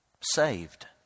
saved